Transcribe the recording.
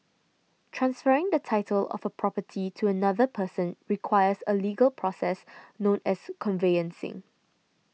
transferring the title of a property to another person requires a legal process known as conveyancing